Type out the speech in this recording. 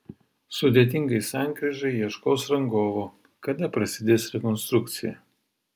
sudėtingai sankryžai ieškos rangovo kada prasidės rekonstrukcija